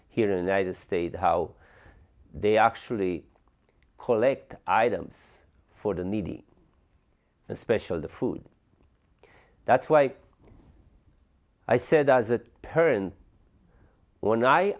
here and i just stated how they actually collect items for the needy and special the food that's why i said as a parent when i